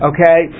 Okay